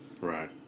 Right